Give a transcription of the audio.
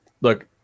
Look